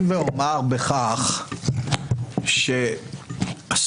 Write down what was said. בכך שאומר,